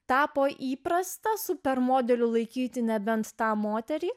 tapo įprasta super modeliu laikyti nebent tą moterį